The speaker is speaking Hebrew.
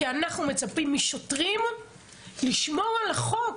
כי אנחנו מצפים משוטרים לשמור על החוק.